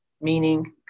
meaning